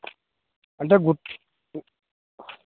అంటే